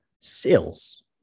sales